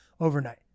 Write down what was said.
overnight